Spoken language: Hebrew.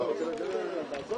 (הישיבה נפסקה בשעה 13:00 ונתחדשה